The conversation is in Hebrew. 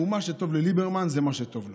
מה שטוב לליברמן זה מה שטוב לו.